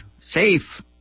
safe